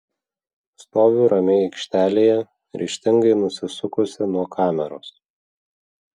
stoviu ramiai aikštelėje ryžtingai nusisukusi nuo kameros